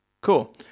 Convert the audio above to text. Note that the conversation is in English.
Cool